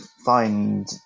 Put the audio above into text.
find